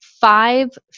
five